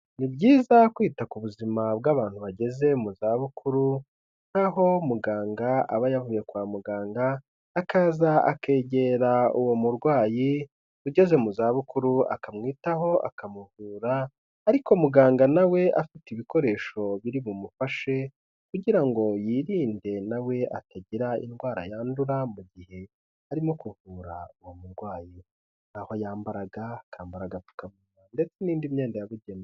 Ni byiza kwita ku buzima bw'abantu bageze mu zabukuru, nk'aho muganga aba yavuye kwa muganga akaza akegera uwo murwayi ugeze mu zabukuru akamwitaho akamuvura ariko muganga nawe afite ibikoresho biri bumufashe kugira ngo yirinde nawe atagira indwara yandura mu gihe arimo kuvura uwo murwayi, nk'aho yambara ga, akambara agapfukamunwa ndetse n'indi myenda yabugenewe.